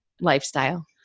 lifestyle